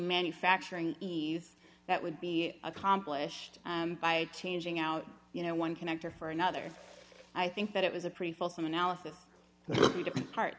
manufacturing ease that would be accomplished by changing out you know one connector for another i think that it was a pretty full some analysis of the different parts